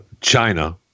China